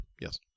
yes